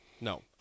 No